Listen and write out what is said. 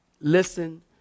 Listen